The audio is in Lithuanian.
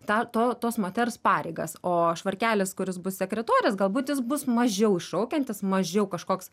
tą to tos moters pareigas o švarkelis kuris bus sekretorės galbūt jis bus mažiau iššaukiantis mažiau kažkoks